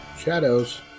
Shadows